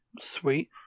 Sweet